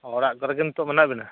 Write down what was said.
ᱚᱲᱟᱜ ᱠᱚᱨᱮᱜᱮ ᱱᱤᱛᱳᱜ ᱢᱮᱱᱟᱜ ᱵᱤᱱᱟᱹ